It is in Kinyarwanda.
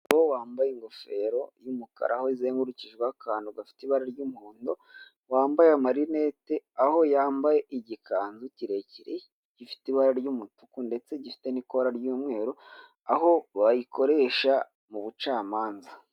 Umugabo wambaye ingofero y'umukara aho izengurukijweho akantu gafite ibara ry'umuhondo, wambaye amarinete, aho yambaye igikanzu kirekire gifite ibara ry'umutuku ndetse gifite n'ikora ry'umweru, aho bayikoresha mu bucamanza.